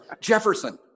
Jefferson